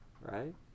right